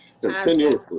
continuously